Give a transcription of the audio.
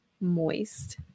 moist